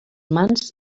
mans